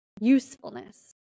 usefulness